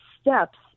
steps